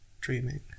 dreaming